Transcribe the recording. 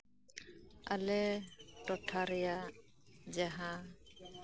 ᱟᱞᱮ ᱴᱚᱴᱷᱟ ᱨᱮᱭᱟᱜ ᱡᱟᱦᱟᱸ